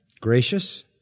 gracious